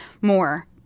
more